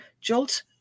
jolt